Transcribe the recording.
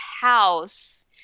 house